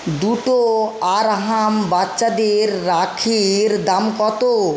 দুটো আরহাম বাচ্চাদের রাখির দাম কত